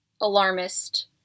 alarmist